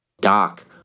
Doc